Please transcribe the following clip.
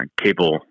cable